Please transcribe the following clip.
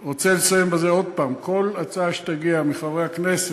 אני רוצה לסיים בזה שוב: כל הצעה שתגיע מחברי הכנסת,